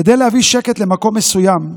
כדי להביא שקט למקום מסוים,